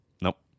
Nope